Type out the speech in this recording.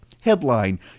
Headline